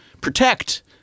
protect